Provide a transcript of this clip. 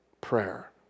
Prayer